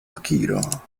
akiro